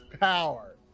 power